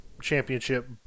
championship